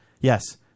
Yes